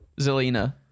Zelina